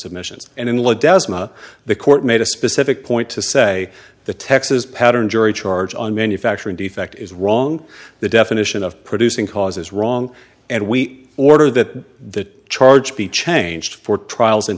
submissions and in law does not the court made a specific point to say the texas pattern jury charge on manufacturing defect is wrong the definition of producing cause is wrong and we ordered that charge be changed for trials in